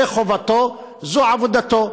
זו חובתו, זו עבודתו.